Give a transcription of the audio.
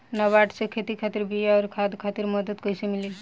नाबार्ड से खेती खातिर बीया आउर खाद खातिर मदद कइसे मिली?